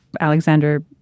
Alexander